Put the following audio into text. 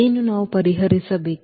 ಏನು ನಾವು ಪರಿಹರಿಸಬೇಕೇ